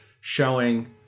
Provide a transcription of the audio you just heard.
showing